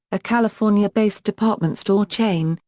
a california-based department store chain,